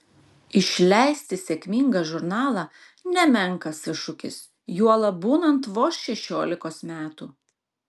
išleisti sėkmingą žurnalą nemenkas iššūkis juolab būnant vos šešiolikos metų